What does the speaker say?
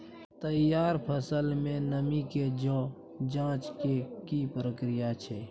तैयार फसल में नमी के ज जॉंच के की प्रक्रिया छै?